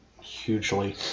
hugely